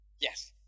Yes